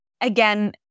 Again